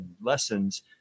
lessons